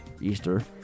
Easter